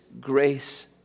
grace